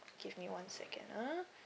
give me one second ah